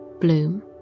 bloom